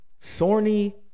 Sorny